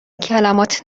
کلمات